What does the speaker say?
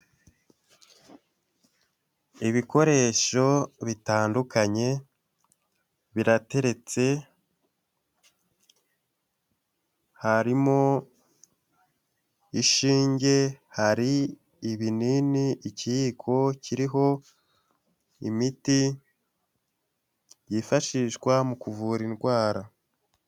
Ibikoresho bitandukanye birateretse harimo; ishinge hari ibinini, ikiyiko kiriho imiti yifashishwa mu kuvura indwara.